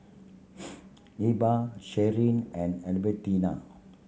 Ebba Sherie and Albertina